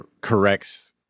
corrects